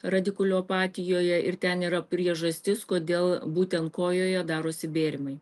radikulopatijoje ir ten yra priežastis kodėl būtent kojoje darosi bėrimai